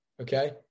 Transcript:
Okay